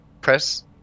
press